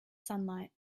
sunlight